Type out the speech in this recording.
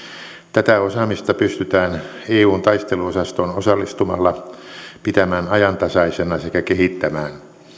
tätä osaamista pystytään eun taisteluosastoon osallistumalla pitämään ajantasaisena sekä kehittämään